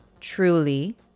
Truly